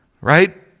Right